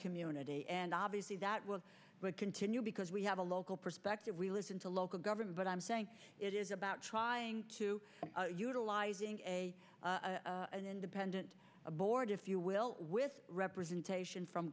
community and obviously that will continue because we have a local perspective we listen to local government but i'm saying it is about trying to utilize an independent board if you will with representation from